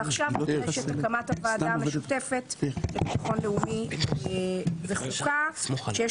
ועכשיו נדרשת הקמת הוועדה המשותפת לביטחון לאומי וחוקה שיש